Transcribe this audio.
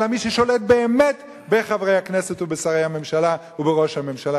אלא מי ששולט באמת בחברי הכנסת ובשרי הממשלה ובראש הממשלה,